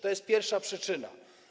To jest pierwsza przyczyna.